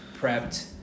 prepped